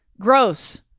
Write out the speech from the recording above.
gross